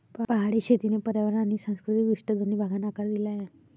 पहाडी शेतीने पर्यावरण आणि सांस्कृतिक दृष्ट्या दोन्ही भागांना आकार दिला आहे